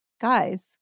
guys